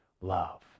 love